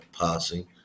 passing